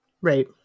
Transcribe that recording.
Right